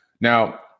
Now